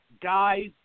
guys